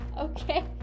Okay